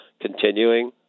continuing